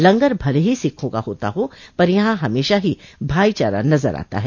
लंगर भले ही ॅसिक्खों का होता हो ॅपर यहाँ हमेशा ही भाईचारा नजर आता है